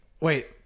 wait